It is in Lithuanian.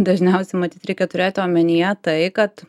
dažniausiai matyt reikia turėti omenyje tai kad